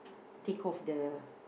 take off the